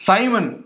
Simon